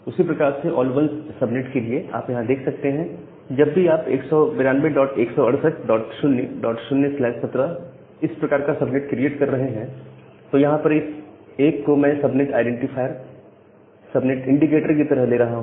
उसी प्रकार से ऑल 1s सबनेट के लिए आप यहां देख सकते हैं जब भी आप 1921680017 इस प्रकार का एक सबनेट क्रिएट कर रहे हैं तो यहां पर इस 1 को मैं सबनेट आईडेंटिफायर सबनेट इंडिकेटर की तरह ले रहा हूं